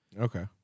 Okay